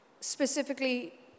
specifically